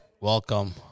Welcome